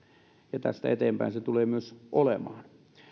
ja tästä eteenpäin se tulee myös olemaan